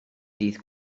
ddydd